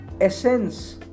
essence